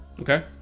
Okay